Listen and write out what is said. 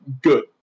good